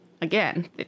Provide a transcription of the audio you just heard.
again